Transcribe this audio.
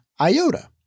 iota